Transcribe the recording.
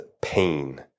pain